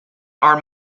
are